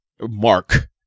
mark